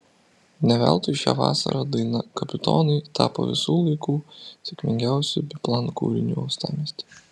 ne veltui šią vasarą daina kapitonai tapo visų laikų sėkmingiausiu biplan kūriniu uostamiestyje